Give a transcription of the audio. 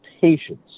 patience